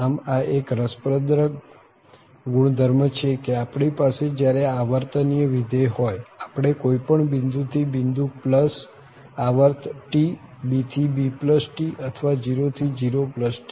આમ આ એક રસપ્રદ ગુણધર્મ છે કે આપણી પાસે જયારે આવર્તનીય વિધેય હોય આપણે કોઈ પણ બિંદુ થી બિંદુ પ્લસ આવર્ત T b થી bT અથવા 0 થી 0T